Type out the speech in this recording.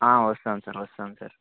వస్తాం సార్ వస్తాం సార్